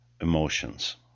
emotions